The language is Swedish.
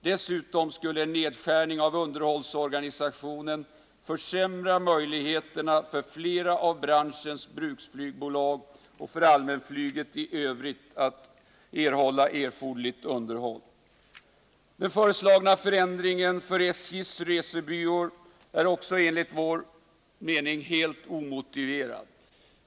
Dessutom skulle en nedskärning av underhållsorganisationen försämra möjligheterna för flera av branschens bruksflygbolag och för allmänflyget i övrigt att erhålla erforderligt underhåll. Den föreslagna förändringen för SJ:s resebyråer är också enligt vår mening helt omotiverad.